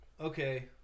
Okay